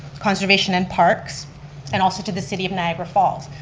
conservation and parks and also to the city of niagara falls.